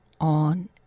on